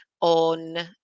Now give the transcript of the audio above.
on